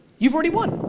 you've already won,